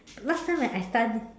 last time when I study